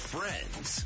Friends